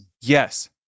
Yes